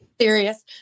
Serious